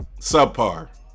subpar